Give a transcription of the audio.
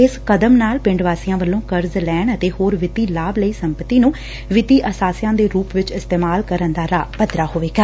ਇਸ ਕਦਮ ਨਾਲ ਪਿੰਡ ਵਾਸੀਆ ਵੱਲੋ ਕਰਜ਼ ਲੈਣ ਅਤੇ ਹੋਰ ਵਿੱਤੀ ਲਾਭ ਲਈ ਸੰਪਤੀ ਨੂੰ ਵਿੱਤੀ ਅਸਾਸਿਆ ਦੇ ਰੁਪ ਵਿਚ ਇਸਤੇਮਾਲ ਕਰਨ ਦਾ ਰਾਹ ਪੱਧਰਾ ਹੋਵੇਗਾ